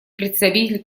представитель